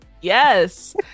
Yes